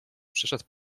przeszedł